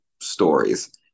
stories